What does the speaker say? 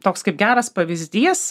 toks kaip geras pavyzdys